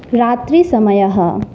रात्रिसमयः